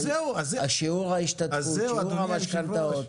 שיעור ההשתתפות,